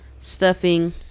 stuffing